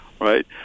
right